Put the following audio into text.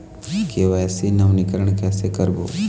KYC नवीनीकरण कैसे करबो?